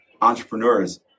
entrepreneurs